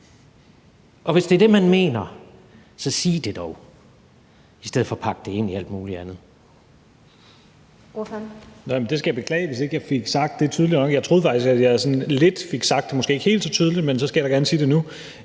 Hvis det er det, man mener, så sig det dog i stedet for at pakke det ind i alt muligt andet.